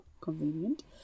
convenient